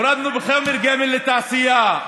הורדנו בחומר גלם לתעשייה,